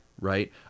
right